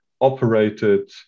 operated